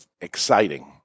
exciting